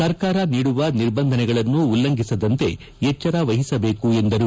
ಸರ್ಕಾರ ನೀಡುವ ನಿರ್ಬಂಧನೆಗಳನ್ನು ಉಲ್ಲಂಘಿಸಿದಂತೆ ಎಚ್ಚರ ವಹಿಸಬೇಕು ಎಂದರು